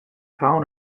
town